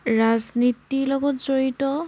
ৰাজনীতিৰ লগত জড়িত